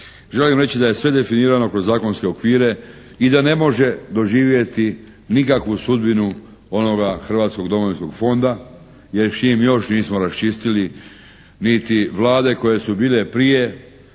Želim reći da je sve definirano kroz zakonske okvire i da ne može doživjeti nikakvu sudbinu onoga Hrvatskog domovinskog fonda jer s njim još nismo raščistili niti vlade koje su bile prije